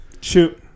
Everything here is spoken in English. Shoot